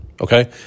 okay